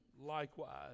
likewise